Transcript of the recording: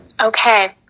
Okay